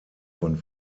von